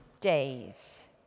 days